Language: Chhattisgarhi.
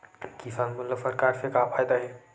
किसान मन ला सरकार से का फ़ायदा हे?